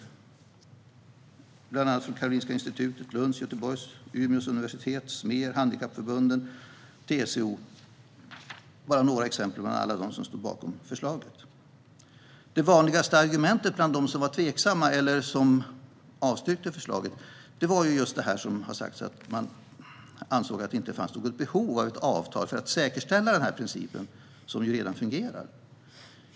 Karolinska Institutet, Lunds universitet, Göteborgs universitet och Umeås universitet liksom Smer, Handikappförbunden och TCO är bara några exempel på alla som stod bakom förslaget. De vanligaste argumentet bland de som var tveksamma eller som avstyrkte förslaget var just att man inte ansåg att det fanns behov av avtal för att säkerställa principen som redan fungerar.